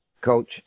coach